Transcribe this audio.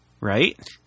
right